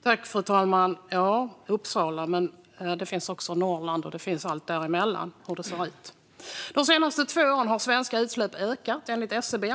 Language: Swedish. Fru talman! Maria Gardfjell talar om Uppsala, men vi har också Norrland och allt däremellan. Hur ser det ut där? De senaste två åren har de svenska utsläppen ökat, enligt SCB.